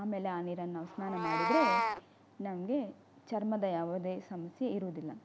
ಆಮೇಲೆ ಆ ನೀರನ್ನು ನಾವು ಸ್ನಾನ ಮಾಡಿದರೆ ನಮಗೆ ಚರ್ಮದ ಯಾವುದೇ ಸಮಸ್ಯೆ ಇರುವುದಿಲ್ಲ